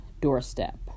doorstep